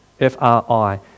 F-R-I